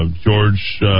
George